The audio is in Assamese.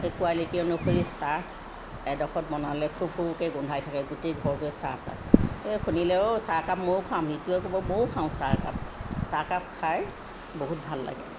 সেই কুৱালিটি অনুসৰি চাহ এডোখৰত বনালে ফুৰফুৰকৈ গোন্ধাই থাকে গোটেই ঘৰটোৱে চাহ চাহ এই শুনিলে অ' চাহকাপ ময়ো খাম সিটোৱে ক'ব ময়ো খাম চাহ একাপ চাহকাপ খাই বহুত ভাল লাগে